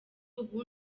ubu